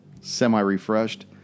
semi-refreshed